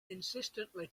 insistently